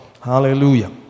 Hallelujah